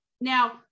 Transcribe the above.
now